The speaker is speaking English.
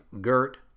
Gert